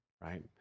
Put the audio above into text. right